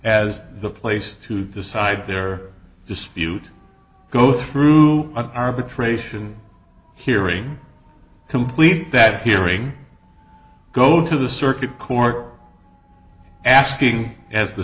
as the place to decide their dispute go through an arbitration hearing complete that hearing go to the circuit court asking as the